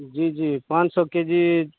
जी जी पाँच सौ के जी